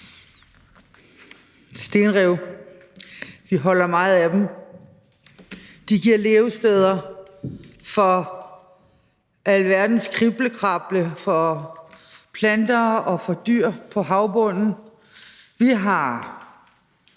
Stenrev holder vi meget af. De giver levesteder for alverdens kriblekrable, for planter og for dyr på havbunden. Vi har